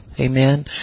Amen